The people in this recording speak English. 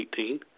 2018